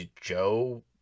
Joe